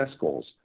goals